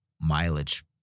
mileage